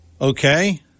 Okay